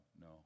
no